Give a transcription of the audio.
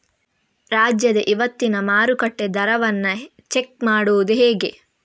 ರಾಜ್ಯದ ಇವತ್ತಿನ ಮಾರುಕಟ್ಟೆ ದರವನ್ನ ಚೆಕ್ ಮಾಡುವುದು ಹೇಗೆ?